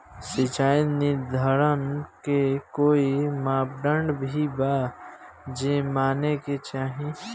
सिचाई निर्धारण के कोई मापदंड भी बा जे माने के चाही?